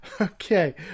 Okay